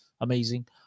amazing